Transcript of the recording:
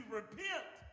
repent